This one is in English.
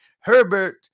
Herbert